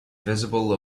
visible